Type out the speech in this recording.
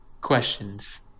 questions